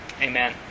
Amen